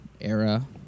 era